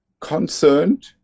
concerned